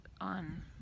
on